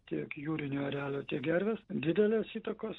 tiek jūrinių erelių tiek gervės didelės įtakos